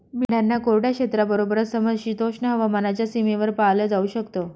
मेंढ्यांना कोरड्या क्षेत्राबरोबरच, समशीतोष्ण हवामानाच्या सीमेवर पाळलं जाऊ शकत